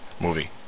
movie